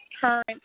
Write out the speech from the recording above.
Current